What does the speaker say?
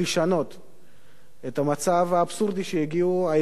את המצב האבסורדי שאליו הגיעו האזרחים,